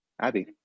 Abby